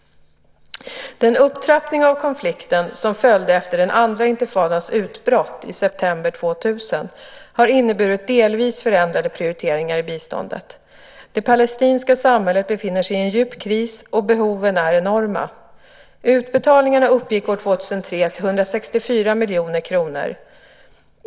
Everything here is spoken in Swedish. Den upptrappning av konflikten som följde efter den andra intifadans utbrott i september 2000 har inneburit delvis förändrade prioriteringar i biståndet. Det palestinska samhället befinner sig i en djup kris, och behoven är enorma. Utbetalningarna uppgick år 2003 till 164 miljoner kronor.